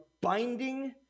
binding